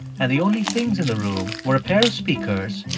and the only things in the room were a pair of speakers,